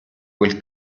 quel